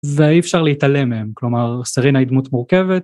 זה אי אפשר להתעלם מהם, כלומר סרינה היא דמות מורכבת.